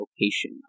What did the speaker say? location